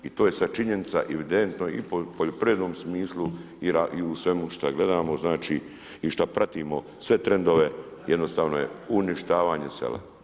I to je sad činjenica i evidentno i u poljoprivrednom smislu i u svemu što gledamo, znači i što pratimo sve trendove, jednostavno je uništavanje sela.